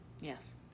Yes